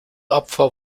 opfer